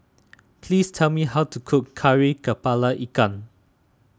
please tell me how to cook Kari Kepala Ikan